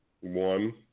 one